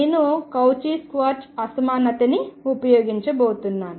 నేను Cauchy Schwarz అసమానతని ఉపయోగించబోతున్నాను